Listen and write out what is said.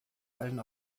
allen